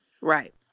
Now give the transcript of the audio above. right